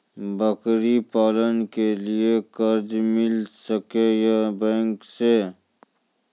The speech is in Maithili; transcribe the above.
बकरी पालन के लिए कर्ज मिल सके या बैंक से?